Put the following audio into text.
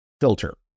filter